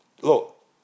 look